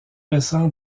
récent